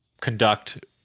conduct